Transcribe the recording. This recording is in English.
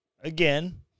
Again